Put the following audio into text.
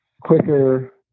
quicker